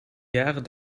jaren